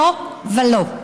לא ולא.